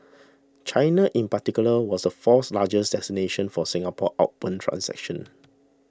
China in particular was the fourth largest destination for Singapore outbound transactions